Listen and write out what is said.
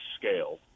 scale